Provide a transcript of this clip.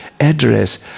address